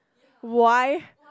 why